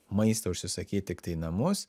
maistą užsisakyt tiktai į namus